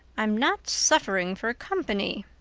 i'm not suffering for company,